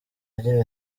agira